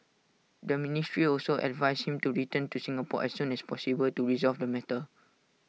the ministry also advised him to return to Singapore as soon as possible to resolve the matter